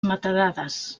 metadades